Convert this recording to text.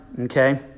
okay